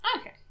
Okay